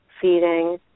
feeding